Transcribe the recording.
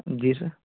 जी sir